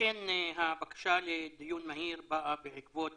אכן הבקשה לדיון מהיר באה בעקבות